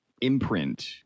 imprint